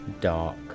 dark